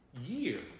year